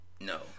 No